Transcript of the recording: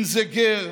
אם זה גר,